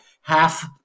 half